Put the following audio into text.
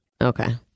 Okay